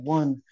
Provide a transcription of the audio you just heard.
one